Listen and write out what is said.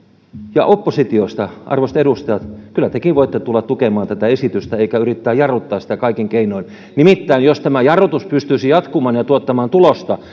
ja oppositiosta arvoisat edustajat kyllä tekin voitte tulla tukemaan tätä esitystä sen sijaan että yritätte jarruttaa sitä kaikin keinoin nimittäin jos tämä jarrutus pystyisi jatkumaan ja tuottamaan tulosta